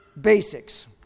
basics